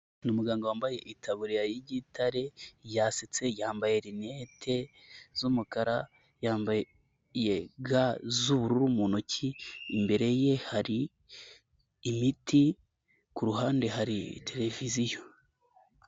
Umuganga wambaye itaburiya y'igitare, yasetse, yambaye linete z'umukara, yambaye ga z'ubururu mu ntoki, imbere ye hari imiti, ku ruhande hari televiziyo.